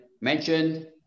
mentioned